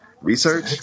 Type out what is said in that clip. Research